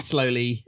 Slowly